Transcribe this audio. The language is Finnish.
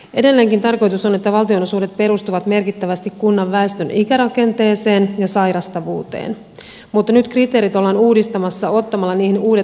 edelleenkin tarkoitus on että valtionosuudet perustuvat merkittävästi kunnan väestön ikärakenteeseen ja sairastavuuteen mutta nyt kriteerit ollaan uudistamassa ottamalla niihin uudet ajantasaiset sisällöt